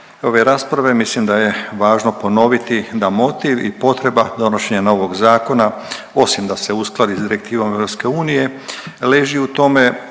ove rasprave, mislim da je važno ponoviti da motiv i potreba donošenja novog zakona, osim da se uskladi s direktivom EU, leži u tome